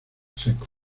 secos